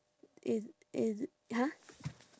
in in !huh!